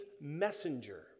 messenger